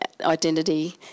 identity